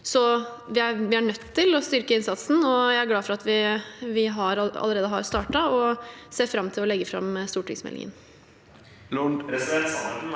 Vi er nødt til å styrke innsatsen. Jeg er glad for at vi allerede har startet, og ser fram til å legge fram stortingsmeldingen.